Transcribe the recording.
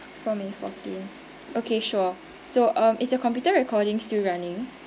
four minute fourteen okay sure so um is your computer recording still running